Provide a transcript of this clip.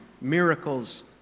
miracles